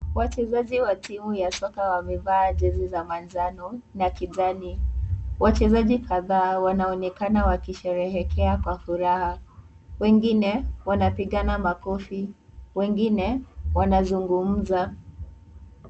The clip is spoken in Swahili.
Wachezaji wa timu ya soka wamevaa jezi za manjano na kijani. Wachezaji kadhaa wanaonekana wakisherehekea kwa furaha. Wengine wanapigana makofi, wengine wanazungumza.